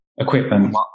equipment